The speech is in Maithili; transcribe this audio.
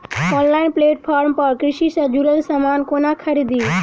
ऑनलाइन प्लेटफार्म पर कृषि सँ जुड़ल समान कोना खरीदी?